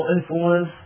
influence